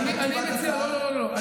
אני מציע, לא, לא, לא, לא.